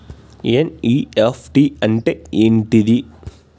NEFT అంటే ఏంటిది?